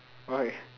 why